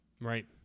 right